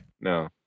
no